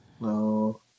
No